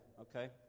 okay